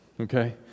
Okay